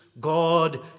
God